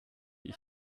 ich